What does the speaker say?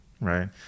right